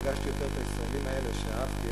פגשתי יותר את הישראלים האלה שאהבתי,